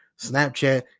Snapchat